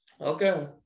Okay